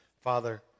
Father